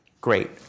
great